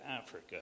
Africa